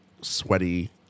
sweaty